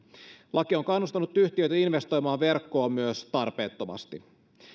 laki on kannustanut yhtiöitä investoimaan verkkoon myös tarpeettomasti